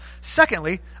Secondly